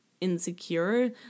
insecure